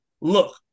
look